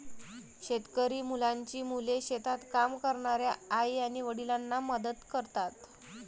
शेतकरी मुलांची मुले शेतात काम करणाऱ्या आई आणि वडिलांना मदत करतात